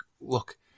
Look